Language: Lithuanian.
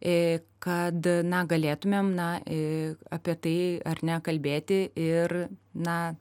kad na galėtumėm na apie tai ar ne kalbėti ir na